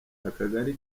akagari